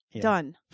done